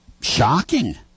shocking